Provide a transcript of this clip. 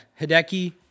Hideki